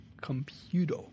computer